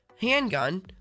handgun